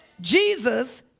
Jesus